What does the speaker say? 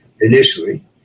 initially